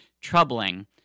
Troubling